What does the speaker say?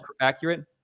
accurate